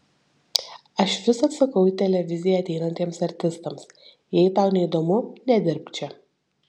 aš visad sakau į televiziją ateinantiems artistams jei tau neįdomu nedirbk čia